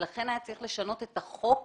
ולכן היה צריך לשנות את החוק